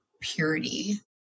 purity